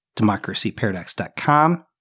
democracyparadox.com